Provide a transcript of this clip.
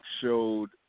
showed